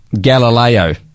Galileo